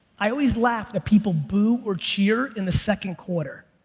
i always laugh at people boo or cheer in the second quarter.